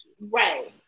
Right